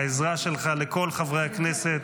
העזרה שלך לכל חברי הכנסת.